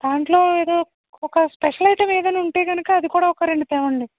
దాంట్లో ఏదో ఒక స్పెషల్ ఐటెమ్ ఏదైనా ఉంటే కనుక అది కూడా ఒక రెండు తెండి